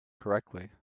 correctly